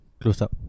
close-up